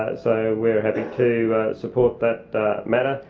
ah so we're happy to support that matter.